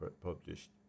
published